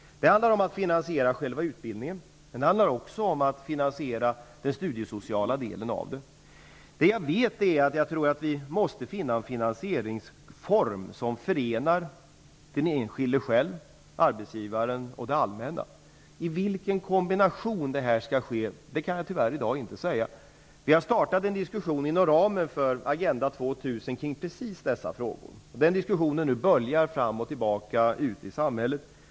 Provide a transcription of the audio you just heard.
Det handlar om att finansiera själva utbildningen, men det handlar också om att finansiera den studiesociala delen. Jag tror att vi måste finna en finansieringsform som förenar den enskilde själv, arbetsgivaren och det allmänna. I vilken kombination det skall ske kan jag tyvärr inte säga i dag. Vi har startat en diskussion inom ramen för Agenda 2000 kring precis dessa frågor. Den diskussionen böljar nu fram och tillbaka ute i samhället.